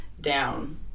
down